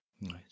Nice